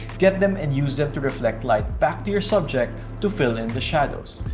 get them, and use them to reflect light back to your subject, to fill in the shadows,